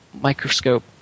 microscope